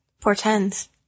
portends